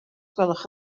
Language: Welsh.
gwelwch